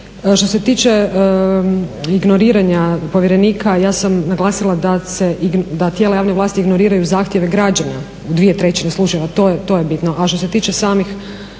Što se tiče ignoriranja povjerenika ja sam naglasila da tijela javne vlasti ignoriraju zahtjeve građana u dvije trećine slučajeva. To je bitno.